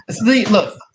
Look